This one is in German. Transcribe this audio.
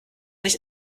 nicht